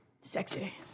Sexy